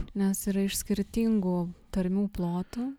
nes yra iš skirtingų tarmių plotų